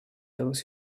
those